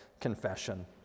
confession